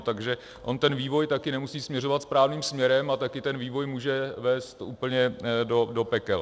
Takže on ten vývoj taky nemusí směřovat správným směrem a taky ten vývoj může vést úplně do pekel.